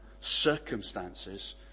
circumstances